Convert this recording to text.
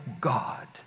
God